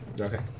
Okay